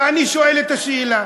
ואני שואל שאלה: